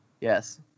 Yes